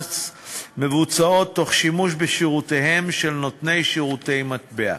מבוצעות תוך שימוש בשירותיהם של נותני שירותי מטבע.